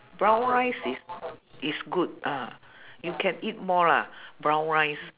brown rice is is good ah you can eat more lah brown rice